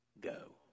go